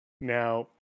Now